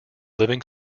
living